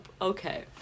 okay